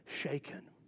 shaken